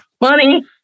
money